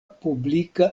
publika